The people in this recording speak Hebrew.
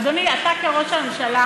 אדוני, אתה כראש הממשלה,